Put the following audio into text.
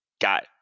got